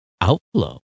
outflow